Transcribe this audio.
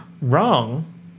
Wrong